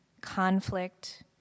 conflict